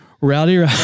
Rowdy